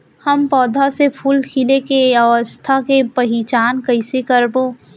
हम पौधा मे फूल खिले के अवस्था के पहिचान कईसे करबो